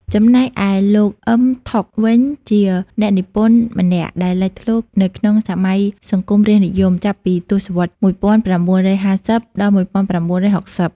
ចំណែកឯលោក អ៊ឹម ថុក វិញជាអ្នកនិពន្ធម្នាក់ដែលលេចធ្លោនៅក្នុងសម័យសង្គមរាស្ត្រនិយម ចាប់ពីទសវត្សរ៍ ១៩៥០-១៩៦០។